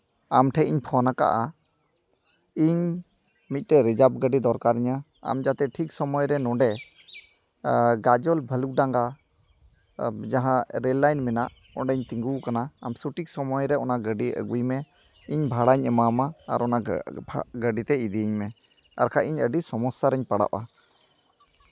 ᱟᱢ ᱴᱷᱮᱡ ᱤᱧ ᱯᱷᱳᱱ ᱠᱟᱜᱼᱟ ᱤᱧ ᱢᱤᱫᱴᱮᱡ ᱨᱤᱡᱟᱵ ᱜᱟᱹᱰᱤ ᱫᱚᱨᱠᱟᱨᱟᱹᱧᱟᱹ ᱟᱢ ᱡᱟᱛᱮ ᱴᱷᱤᱠ ᱥᱚᱢᱚᱭ ᱨᱮ ᱱᱚᱰᱮ ᱜᱟᱡᱚᱞ ᱵᱷᱟᱞᱩᱠ ᱰᱟᱸᱜᱟ ᱡᱟᱦᱟᱸ ᱨᱮᱹᱞ ᱞᱟᱭᱤᱱ ᱢᱮᱱᱟᱜ ᱚᱸᱰᱮᱧ ᱛᱤᱸᱜᱩᱣ ᱟᱠᱟᱱᱟ ᱥᱚᱴᱷᱤᱠ ᱥᱚᱢᱚᱭ ᱨᱮ ᱚᱱᱟ ᱜᱟᱹᱰᱤ ᱟᱹᱜᱩᱭ ᱢᱮ ᱤᱧ ᱵᱷᱟᱲᱟᱧ ᱮᱢᱟᱢᱟ ᱟᱨ ᱚᱱᱟ ᱜᱟ ᱜᱟᱹᱰᱤ ᱛᱮ ᱤᱫᱤᱭᱤᱧ ᱢᱮ ᱟᱨ ᱵᱟᱠᱷᱡ ᱤᱧ ᱟᱹᱰᱤ ᱥᱚᱢᱚᱥᱥᱟ ᱨᱮᱧ ᱯᱟᱲᱟᱣᱚᱜᱼᱟ